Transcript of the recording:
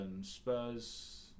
Spurs